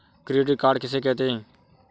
Credit card किसे कहते हैं?